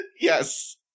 yes